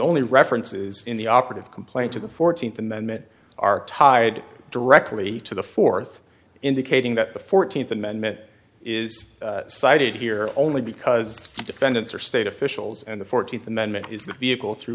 only references in the operative complaint to the fourteenth amendment are tired directly to the fourth indicating that the fourteenth amendment is cited here only because defendants are state officials and the fourteenth amendment is the vehicle through